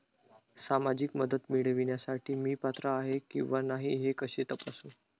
सामाजिक मदत मिळविण्यासाठी मी पात्र आहे किंवा नाही हे कसे तपासू?